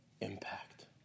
impact